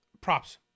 props